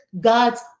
God's